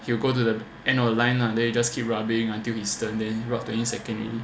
he'll go to the end of the line lah then you just keep rubbing until his turn then rub twenty second in